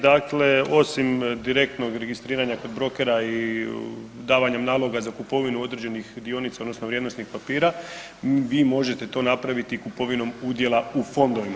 Dakle, osim direktnog registriranja kod brokera i davanjem naloga za kupovinu određenih dionica odnosno vrijednosnih papira vi možete to napraviti kupovinom udjela u fondovima.